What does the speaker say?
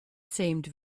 seemed